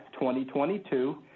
2022